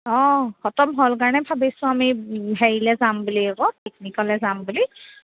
অঁ খতম হ'ল কাৰণে ভাবিছোঁ আমি হেৰিলৈ যাম বুলি আকৌ পিকনিকলৈ যাম বুলি